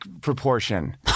proportion